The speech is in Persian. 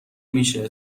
میشه